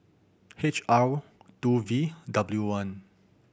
H R two V W one